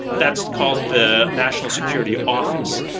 that's called the national security office.